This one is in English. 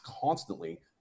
constantly